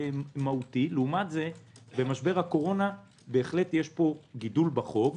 לעומת זאת במשבר הקורונה יש בהחלט גידול בחוב,